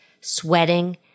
sweating